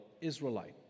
Israelite